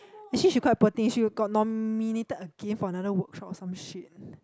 actually she quite poor thing she got nominated again for another workshop or some shit